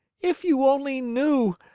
if you only knew!